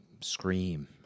scream